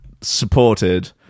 supported